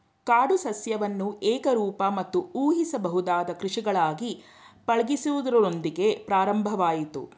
ಕಾಡು ಸಸ್ಯವನ್ನು ಏಕರೂಪ ಮತ್ತು ಊಹಿಸಬಹುದಾದ ಕೃಷಿಗಳಾಗಿ ಪಳಗಿಸುವುದರೊಂದಿಗೆ ಪ್ರಾರಂಭವಾಯ್ತು